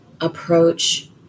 approach